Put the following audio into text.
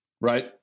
right